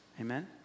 Amen